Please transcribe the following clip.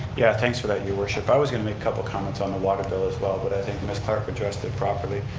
yeah, thanks for that, your worship. i was going to make a couple comments on the water bill as well but i think ms. clark addressed it properly.